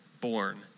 born